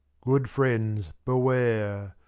good friends, beware!